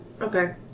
Okay